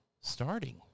starting